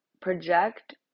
project